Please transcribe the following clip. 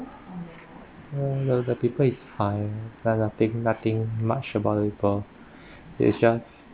uh the the people is fine there's nothing nothing much about the people they just